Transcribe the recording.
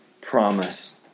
promise